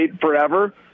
forever